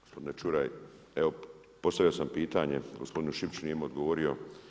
Gospodine Čuraj, evo postavio sam pitanje gospodinu Šipiću, nije mi odgovorio.